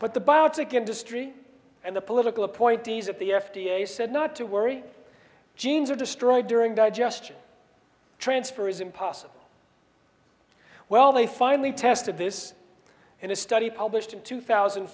but the buyout sic industry and the political appointees at the f d a said not to worry genes are destroyed during digestion transfer is impossible well they finally tested this and a study published in two thousand